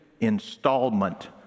installment